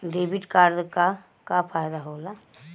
Debit card क का फायदा हो ला?